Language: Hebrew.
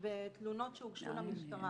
בתלונות שהוגשו למשטרה.